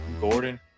Gordon